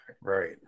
Right